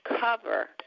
cover